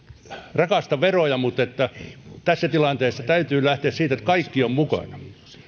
rakasta veroja mutta tässä tilanteessa täytyy lähteä siitä että kaikki ovat mukana